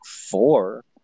four